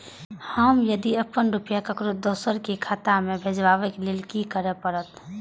हम यदि अपन रुपया ककरो दोसर के खाता में भेजबाक लेल कि करै परत?